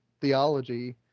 theology